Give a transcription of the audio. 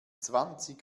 zwanzig